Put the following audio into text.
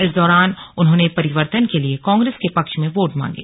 इस दौरान उन्होंने परिवर्तन के लिए कांग्रेस के पक्ष में वोट मांगे